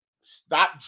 stop